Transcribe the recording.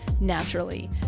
naturally